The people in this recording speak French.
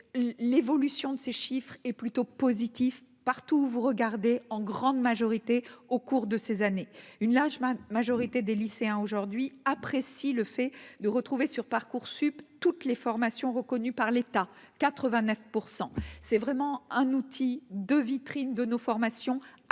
l'évolution de ces chiffres est plutôt positif, partout où vous regardez en grande majorité au cours de ces années une Lingemann majorité des lycéens aujourd'hui apprécient le fait de retrouver sur Parcoursup toutes les formations reconnues par l'État 89 %% c'est vraiment un outil de vitrines de nos formations